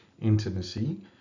intimacy